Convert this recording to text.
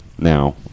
now